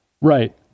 Right